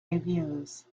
reviews